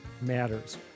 matters